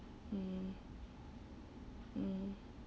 mm mm